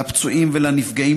לפצועים ולנפגעים,